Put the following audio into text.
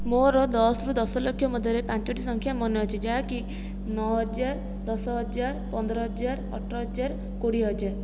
ମୋର ଦଶ ରୁ ଦଶଲକ୍ଷ ମଧ୍ୟରେ ପାଞ୍ଚୋଟି ସଂଖ୍ୟା ମନେଅଛି ଯାହାକି ନଅହଜାର ଦଶହଜାର ପନ୍ଦରହଜାର ଅଠରହଜାର କୋଡ଼ିଏହଜାର